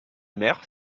maire